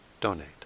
donate